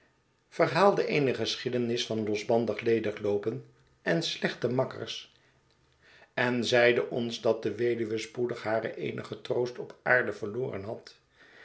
verhaalde eene geschiedenis van losbandig ledigloopen en slechte makkers en zeide ons dat de weduwe spoedig haar eenigen troost op aarde verloren had